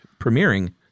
premiering